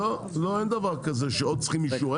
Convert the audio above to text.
אין דבר כזה שעוד צריכים אישור.